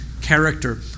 character